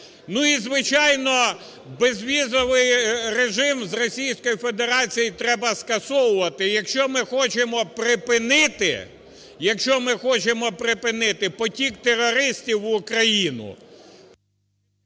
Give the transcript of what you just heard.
Ну, і звичайно, безвізовий режим з Російською Федерацією треба скасовувати, якщо ми хочемо припинити потік терористів в Україну.